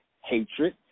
hatred